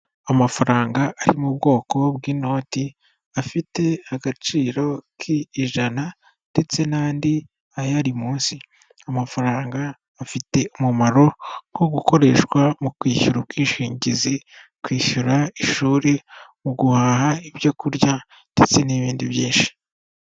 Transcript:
Amafaranga ari mu bwoko bw'inoti afite agaciro k'ijana ndetse n'andi ayari munsi, amafaranga afite umumaro nko gukoreshwa mu kwishyura ubwishingizi, kwishyura ishuri, mu guhaha ibyo kurya ndetse n'ibindi byinshi.